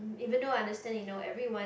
even though I understand you know everyone